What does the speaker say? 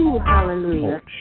Hallelujah